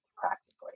practically